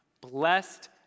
blessed